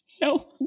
No